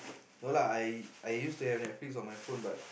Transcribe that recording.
no lah I I used to have Netflix on my phone but